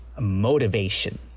motivation